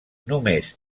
només